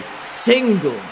single